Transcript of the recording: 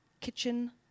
kitchen